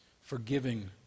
forgiving